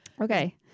okay